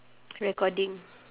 recording